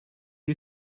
you